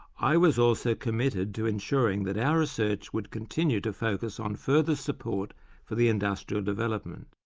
i was also committed to ensuring that our research would continue to focus on further support for the industrial development.